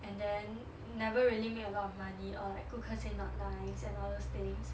and then never really make a lot of money or like 顾客 say not nice and all those things